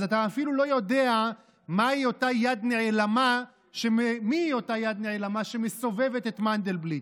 אז אתה אפילו לא יודע מיהי אותה יד נעלמה שמסובבת את מנדלבליט.